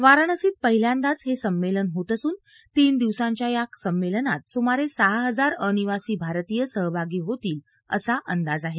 वाराणसीत पहिल्यांदाच हे संमेलन होत असुन तीन दिवसांच्या या कार्यक्रमात सुमारे सहा हजार अनिवासी भारतीय सहभागी होतील असा अंदाज आहे